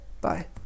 bye